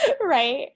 Right